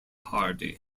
hardy